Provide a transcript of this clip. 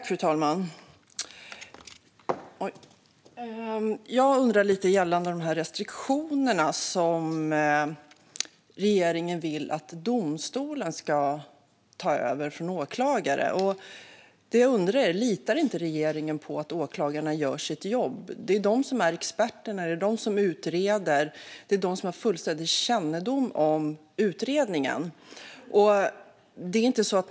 Fru talman! När det gäller de restriktioner som regeringen vill att domstolen ska ta över från åklagarna undrar jag om regeringen inte litar på att åklagarna gör sitt jobb. Det är åklagarna som är experterna, som utreder och som har fullständig kännedom om utredningen.